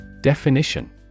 Definition